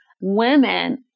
women